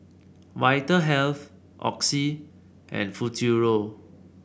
Vitahealth Oxy and Futuro